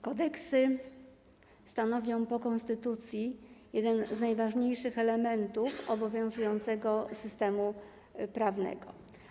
Kodeksy stanowią po konstytucji jeden z najważniejszych elementów obowiązującego systemu prawnego.